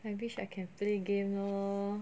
I wish I can play game lor